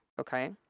Okay